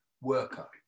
worker